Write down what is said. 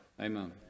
Amen